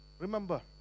remember